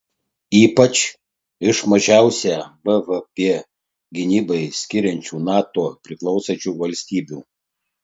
ypač iš mažiausią bvp gynybai skiriančių nato priklausančių valstybių